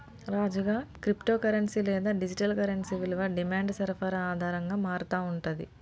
రాజుగా, cryptocurrency లేదా digital currency విలువ డిమాండ్ సరఫరా ఆధారంగా మారతా ఉంటుంది